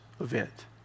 event